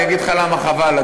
אני אגיד לך למה חבל,